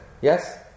Yes